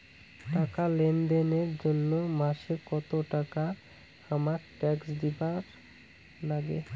টাকা লেনদেন এর জইন্যে মাসে কত টাকা হামাক ট্যাক্স দিবার নাগে?